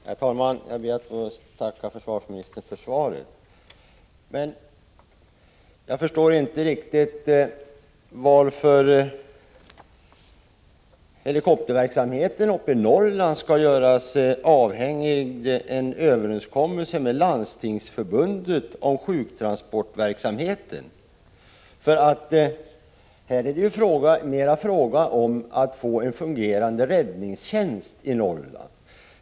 Herr talman! Jag ber att få tacka försvarsministern för svaret. Men jag förstår inte riktigt varför helikopterverksamheten uppe i Norrland skall göras avhängig av en överenskommelse med Landstingsförbundet om sjuktransportverksamheten. I detta fall är det ju mer fråga om att få en fungerande räddningstjänst i Norrland.